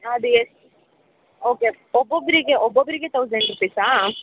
ಅದು ಏ ಓಕೆ ಒಬ್ಬೊಬ್ಬರಿಗೆ ಒಬ್ಬೊಬ್ಬರಿಗೆ ತೌಸಂಡ್ ರುಪೀಸಾ